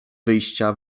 wyjścia